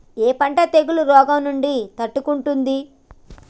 ఏ పంట తెగుళ్ల రోగం నుంచి తట్టుకుంటుంది?